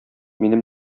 минем